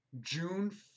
june